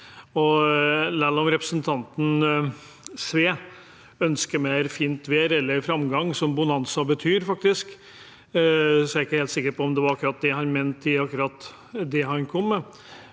Selv om representanten Sve ønsker mer fint vær eller framgang, som bonanza faktisk betyr, er jeg ikke helt sikker på om det var akkurat det han mente i det han kom med.